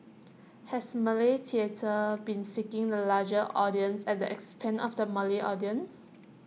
has Malay theatre been seeking the larger audience at the expense of the Malay audience